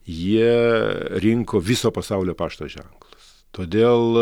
jie rinko viso pasaulio pašto ženklus todėl